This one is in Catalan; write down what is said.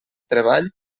treball